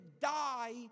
die